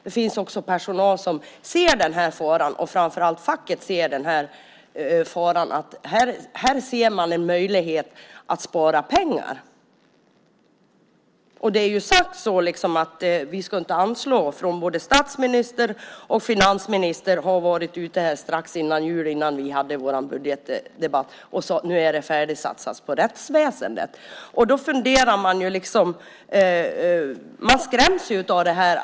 Det finns också de som ser faran, och framför allt ser facket faran med att Kriminalvården här ser en möjlighet att spara pengar. Både statsministern och finansministern var ute strax före jul då vi hade budgetdebatten och sade att det nu är färdigsatsat på rättsväsendet. Därför börjar man fundera, och man skräms av det här.